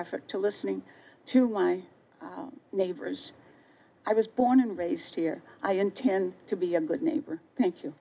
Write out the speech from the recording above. effort to listening to my neighbors i was born and raised here i intend to be a good neighbor thank you